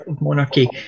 monarchy